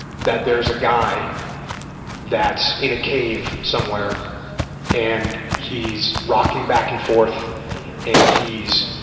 that there's a guy that's in a cave somewhere and he's rocking back and forth and he's